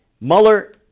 Mueller